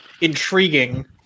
Intriguing